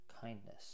kindness